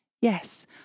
Yes